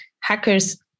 hackers